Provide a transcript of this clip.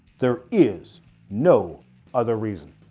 there is no other reason.